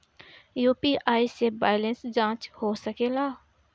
UPI से balance जाँच हो सके ला?